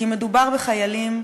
כי מדובר בחיילים,